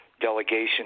delegation